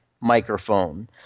microphone